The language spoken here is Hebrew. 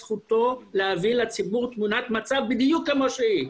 זכותו להביא לציבור תמונת מצב בדיוק כמו שהיא.